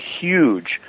huge